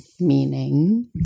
meaning